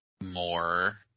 more